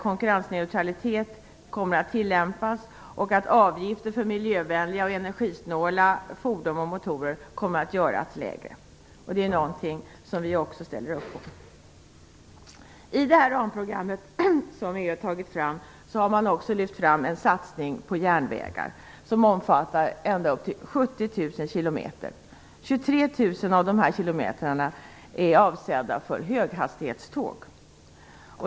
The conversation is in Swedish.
Konkurrensneutralitet kommer att tillämpas och avgifter för miljövänliga och energisnåla fordon och motorer kommer att bli lägre, vilket är något som vi ställer upp på. I det ramprogram som EU har utarbetat har man också lyft fram en satsning på järnvägar som omfattar ända upp till 70 000 km. Av dessa är 23 000 km avsedda för höghastighetståg.